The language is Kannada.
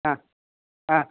ಹಾಂ ಹಾಂ